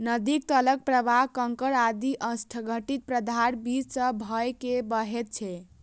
नदीक तलक प्रवाह कंकड़ आदि असंगठित पदार्थक बीच सं भए के बहैत छै